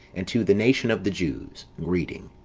and to the nation of the jews, greeting.